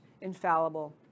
infallible